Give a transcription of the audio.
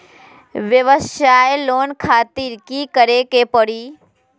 वयवसाय लोन खातिर की करे परी?